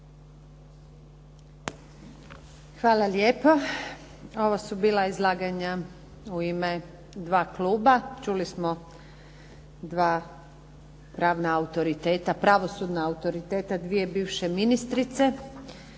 Hvala lijepo. Ovo su bila izlaganja u ime 2 kluba. Čuli smo 2 pravna autoriteta, pravosudna autoriteta, dvije bivše ministrice.